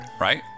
right